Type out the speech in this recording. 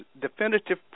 definitive